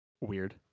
Weird